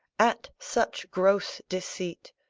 at such gross deceit.